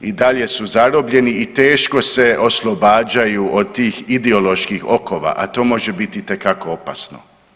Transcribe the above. I dalje su zarobljeni i teško se oslobađaju od tih ideoloških okova, a to može biti itekako opasno.